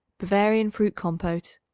bavarian fruit compote.